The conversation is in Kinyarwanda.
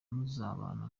muzabana